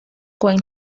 going